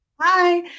Hi